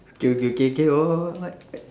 okay okay okay okay what what what what